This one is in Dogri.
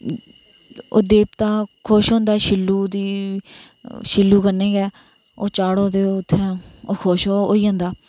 ओह् देवता खुश होंदा शिल्लु दी शुल्लु कन्नै गै ओह् चाढ़ो ते उत्थैं ओह् खुश होई जंदा